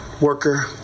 worker